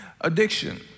Addiction